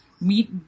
meet